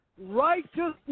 Righteousness